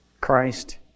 Christ